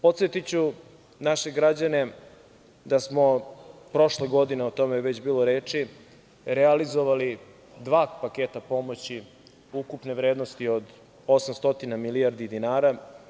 Podsetiću naše građane da smo prošle godine, o tome je već bilo reč, realizovali dva paketa pomoći ukupne vrednosti od 800 milijardi dinara.